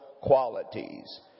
qualities